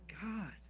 God